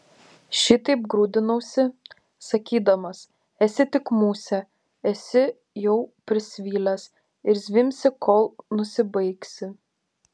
šitaip grūdinausi sakydamas esi tik musė esi jau prisvilęs ir zvimbsi kol nusibaigsi